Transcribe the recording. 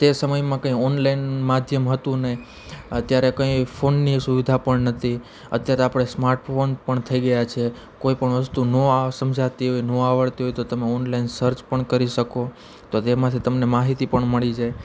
તે સમયમાં કંઇ ઓનલાઇન માધ્યમ હતું નહીં અત્યારે કંઇ ફોનની સુવિધા પણ નહોતી અત્યારે આપણે સ્માર્ટ ફોન પણ થઈ ગયા છે કોઈ પણ વસ્તુ ન સમજાતી હોય ન આવડતી હોય તો તમે ઓનલાઇન સર્ચ પણ કરી શકો તો તેમાંથી તમને માહિતી પણ મળી જાય